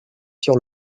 sur